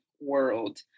world